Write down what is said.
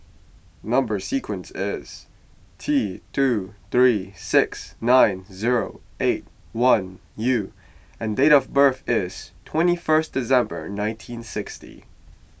Number Sequence is T two three six nine zero eight one U and date of birth is twenty first December nineteen sixty